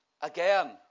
again